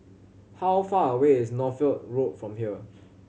how far away is Northolt Road from here